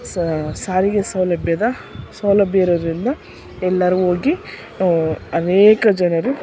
so ಸಾರಿಗೆ ಸೌಲಭ್ಯದ ಸೌಲಭ್ಯ ಇರೋದರಿಂದ ಎಲ್ಲರೂ ಹೋಗಿ ಅನೇಕ ಜನರು